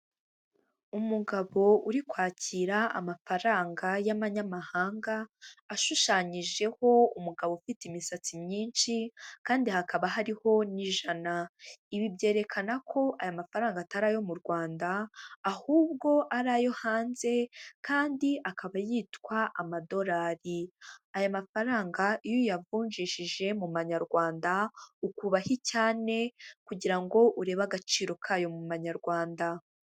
Umugabo uri kwakira amafaranga y'amanyamahanga, ashushanyijeho umugabo ufite imisatsi myinshi kandi hakaba hariho n'ijana, ibi byerekana ko aya mafaranga atari ayo mu Rwanda, ahubwo ari ayo hanze kandi akaba yitwa amadolari, aya mafaranga iyo uyavunjishije mu manyarwanda, ukuba ho icyane kugira ngo urebe agaciro kayo mu manyarwanda.